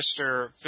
Mr